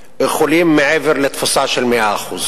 המצב חמור במיוחד במחלקות הפנימיות.